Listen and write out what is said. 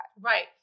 Right